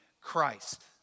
Christ